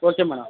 okay madam